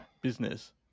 business